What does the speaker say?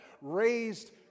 Raised